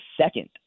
second